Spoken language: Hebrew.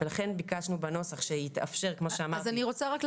לכן ביקשנו בנוסח שזה יהיה לא יאוחר